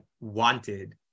wanted